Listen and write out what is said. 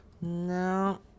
No